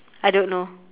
I don't know